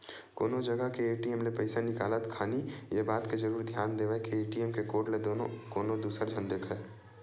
कोनो जगा के ए.टी.एम ले पइसा निकालत खानी ये बात के जरुर धियान देवय के ए.टी.एम के कोड ल कोनो दूसर झन देखय